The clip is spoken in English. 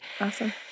Awesome